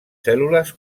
cèl·lules